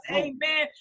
amen